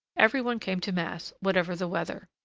every one came to mass, whatever the weather.